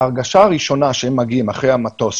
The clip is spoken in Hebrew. בהרגשה הראשונה שהם מגיעים אחרי המטוס,